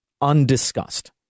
undiscussed